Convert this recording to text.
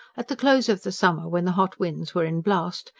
at the close of the summer, when the hot winds were in blast,